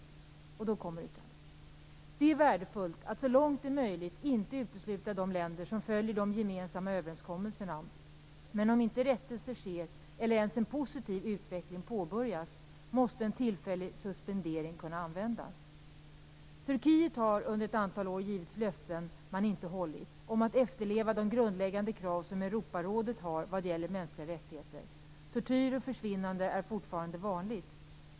Yttrandet lyder så här: Det är värdefullt att, så långt det är möjligt, inte utesluta de länder som dåligt följer de gemensamma överenskommelserna. Men om inte rättelse sker, eller ens en positiv utveckling påbörjas, måste en tillfällig suspendering kunna användas. Turkiet har under ett antal år givit löften man inte har hållit om att efterleva de grundläggande krav som Europarådet har vad gäller mänskliga rättigheter. Tortyr och "försvinnanden" är fortfarande vanligt.